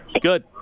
Good